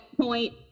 point